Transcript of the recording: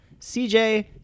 CJ